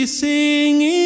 singing